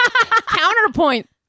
Counterpoint